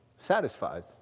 satisfies